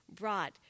brought